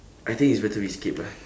I think it's better we skip lah